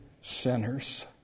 sinners